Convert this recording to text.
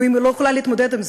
ואם היא לא יכולה להתמודד עם זה,